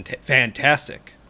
fantastic